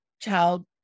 child